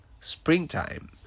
springtime